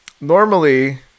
normally